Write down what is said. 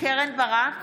קרן ברק,